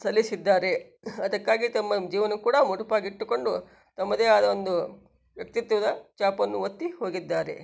ಸಲ್ಲಿಸಿದ್ದಾರೆ ಅದಕ್ಕಾಗಿ ತಮ್ಮ ಜೀವನ ಕೂಡ ಮುಡಿಪಾಗಿಟ್ಟುಕೊಂಡು ತಮ್ಮದೇ ಆದ ಒಂದು ವ್ಯಕ್ತಿತ್ವದ ಚಾಪನ್ನು ಒತ್ತಿ ಹೋಗಿದ್ದಾರೆ